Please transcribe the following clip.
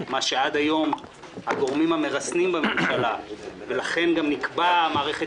מה שעד היום הגורמים המרסנים בממשלה ולכן גם נקבעה מערכת